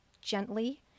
gently